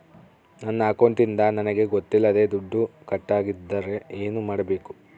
ನನ್ನ ಅಕೌಂಟಿಂದ ನನಗೆ ಗೊತ್ತಿಲ್ಲದೆ ದುಡ್ಡು ಕಟ್ಟಾಗಿದ್ದರೆ ಏನು ಮಾಡಬೇಕು?